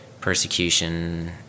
persecution